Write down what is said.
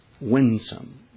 winsome